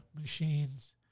machines